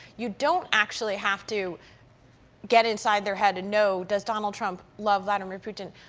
you don't actually have to get inside their head to know does donald trump love vladimir putin?